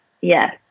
yes